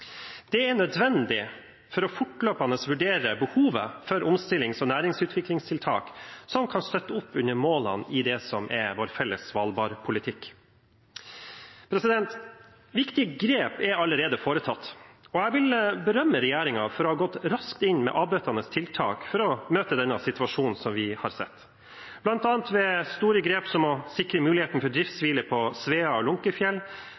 Det er nødvendig for fortløpende å vurdere behovet for omstillings- og næringsutviklingstiltak som kan støtte opp under målene i det som er vår felles Svalbard-politikk. Viktige grep er allerede tatt. Jeg vil berømme regjeringen for å ha gått raskt inn med avbøtende tiltak for å møte denne situasjonen som vi har sett, bl.a. ved store grep som å sikre muligheten for driftshvile på Svea og Lunckefjell, kjøp av